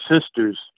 sisters